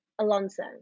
Alonso